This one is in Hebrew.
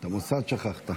את המוסד שכחת.